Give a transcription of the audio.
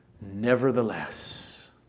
nevertheless